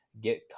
get